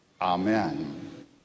Amen